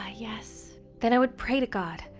ah yes. then i would pray to god,